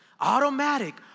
automatic